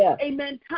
Amen